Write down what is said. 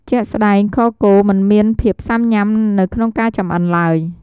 ជាក់ស្តែងខគោមិនមានភាពស៊ាំញ៊ាំនៅក្នុងការចម្អិនឡើយ។